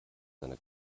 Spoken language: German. seine